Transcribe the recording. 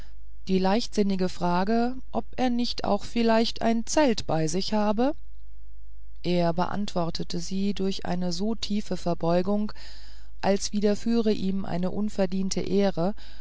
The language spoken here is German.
die leichtsinnige frage ob er nicht auch vielleicht ein zelt bei sich habe er beantwortete sie durch eine so tiefe verbeugung als widerführe ihm eine unverdiente ehre